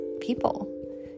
people